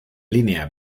línea